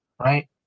right